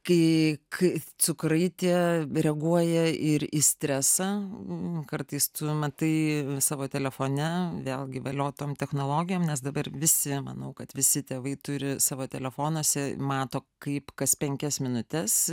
kai kai cukrai tie reaguoja ir į stresą kartais tu matai savo telefone vėlgi valio tom technologijom nes dabar visi manau kad visi tėvai turi savo telefonuose mato kaip kas penkias minutes